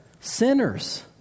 sinners